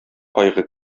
кайгы